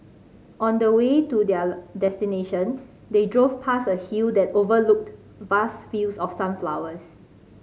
on the way to their destination they drove past a hill that overlooked vast fields of sunflowers